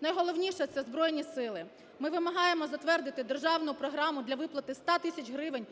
Ну, і найголовніше – це Збройні Сили. Ми вимагаємо затвердити державну програму для виплати 100 тисяч гривень